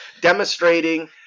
demonstrating